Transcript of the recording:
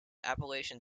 appalachian